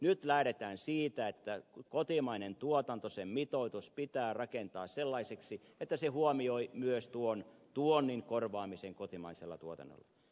nyt lähdetään siitä että kotimainen tuotanto sen mitoitus pitää rakentaa sellaiseksi että se huomioi myös tuon tuonnin korvaamisen kotimaisella tuotannolla